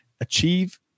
Achieve